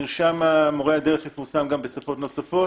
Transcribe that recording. שמרשם מורי הדרך יפורסם גם בשפות נוספות?